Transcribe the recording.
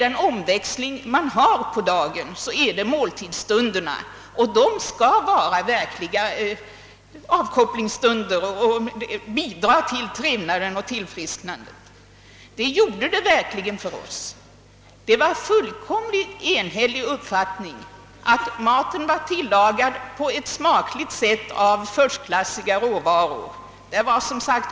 Den omväxling man har på dagen är måltidsstunderna. De skall vara verkliga avkopplingsstunder och bidra till trevnaden och tillfrisknandet. Det gjorde de verkligen för oss. Det var en fullkomligt enhällig uppfattning att maten var tilllagad på ett smakligt sätt av förstklassiga råvaror.